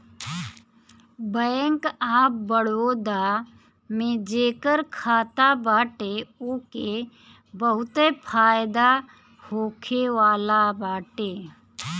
bank of Baroda में जेकर खाता बाटे ओके बहुते फायदा होखेवाला बाटे